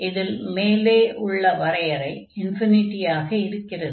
இதில் மேலே உள்ள வரையறை ஆக இருக்கிறது